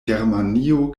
germanio